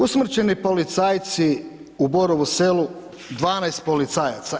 Usmrćeni policajci u Borovu Selu, 12 policajaca.